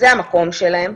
זה המקום שלהם,